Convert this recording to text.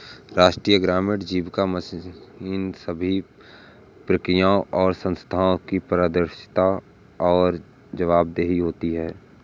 राष्ट्रीय ग्रामीण आजीविका मिशन सभी प्रक्रियाओं और संस्थानों की पारदर्शिता और जवाबदेही होती है